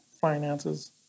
finances